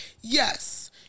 Yes